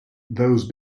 those